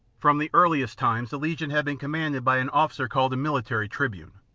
from the earliest times the legion had been com manded by an officer called a military tribune.